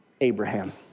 Abraham